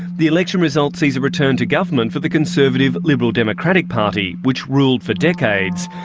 the election result sees a return to government for the conservative liberal democratic party, which ruled for decades.